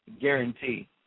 Guarantee